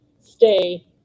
stay